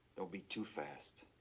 don't be too fast.